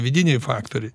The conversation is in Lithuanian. vidiniai faktoriai